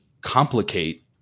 complicate